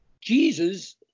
Jesus